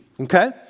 Okay